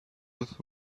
with